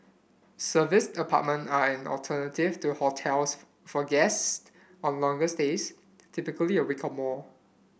serviced apartment are an alternative to hotels for guests on longer stays typically a week or more